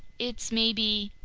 it's maybe,